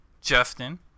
Justin